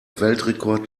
weltrekord